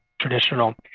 traditional